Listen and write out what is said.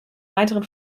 weiteren